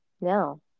No